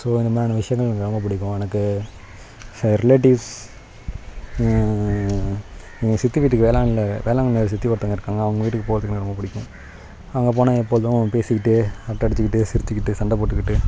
so அந்த மாதிரியான விஷயங்கள் எனக்கு ரொம்ப பிடிக்கும் எனக்கு ச ரிலேட்டிவ்ஸ் எங்கள் சித்தி வீட்டுக்கு வேளாங்கண்ணியில வேளாங்கண்ணியில சித்தி ஒருத்தவங்க இருக்காங்க அவுங்க வீட்டுக்கு போகிறதுக்கு எனக்கு ரொம்ப பிடிக்கும் அங்கே போனால் எப்போதும் பேசிக்கிட்டு அரட்டை அடிச்சுக்கிட்டு சிரிச்சுக்கிட்டு சண்டை போட்டுக்கிட்டு